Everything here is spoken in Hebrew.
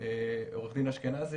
עורך דין אשכנזי,